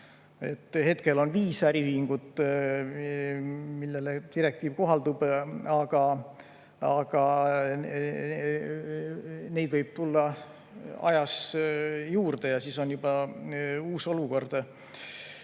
Hetkel on viis äriühingut, millele direktiiv kohaldub, aga neid võib tulla ajas juurde ja siis on juba uus olukord.